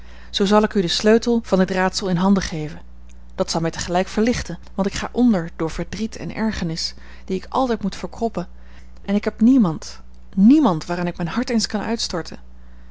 zoo zal ik u den sleutel van dit raadsel in handen geven dat zal mij tegelijk verlichten want ik ga onder door verdriet en ergernis die ik altijd moet verkroppen en ik heb niemand niemand waaraan ik mijn hart eens kan uitstorten